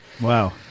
Wow